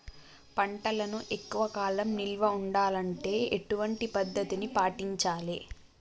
పంటలను ఎక్కువ కాలం నిల్వ ఉండాలంటే ఎటువంటి పద్ధతిని పాటించాలే?